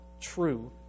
true